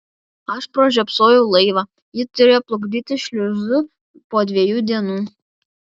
aš pražiopsojau laivą jį turėjo plukdyti šliuzu po dviejų dienų